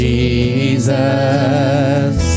Jesus